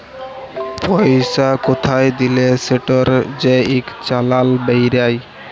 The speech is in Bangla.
পইসা কোথায় দিলে সেটর যে ইক চালাল বেইরায়